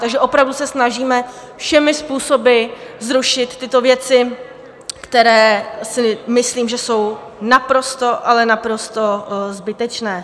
Takže opravdu se snažíme všemi způsoby zrušit tyto věci, které si myslím, že jsou naprosto, ale naprosto zbytečné.